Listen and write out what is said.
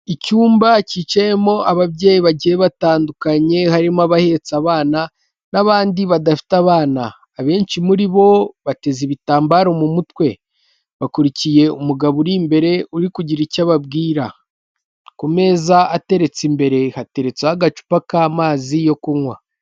Icyumba cyicayemo ababyeyi bagiye batandukanye, harimo abahetse abana n'abandi badafite abana, abenshi muri bo bateze ibitambaro mu mutwe, bakurikiye umugabo uri imbere uri kugira icyo ababwira, ku meza ateretse imbere hateretseho agacupa k'amazi yo kunywa.